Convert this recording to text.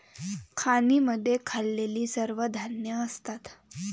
खाणींमध्ये खाल्लेली सर्व धान्ये असतात